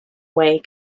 way